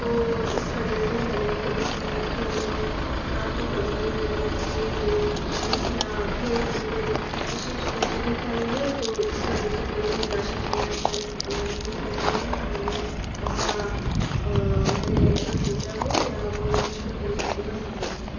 तो इस वजह से मैंने कभी खेल में ना तो कभी मैंने किसी गेम में या खेल में कोई विशेष रुचि दिखाई है जो इस वजह से कोई भी निराशाजनक परिस्थिति नहीं रही है या मैंने ऐसा मैंने ऐसा सोचा हो या कोई मुश्किल परिस्थिति का सामना किया